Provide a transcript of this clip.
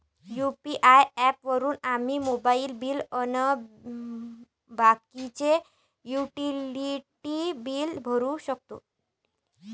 UPI app वापरून आम्ही mobile bill अन बाकीचे युटिलिटी बिल भरू शकतो